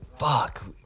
Fuck